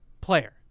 player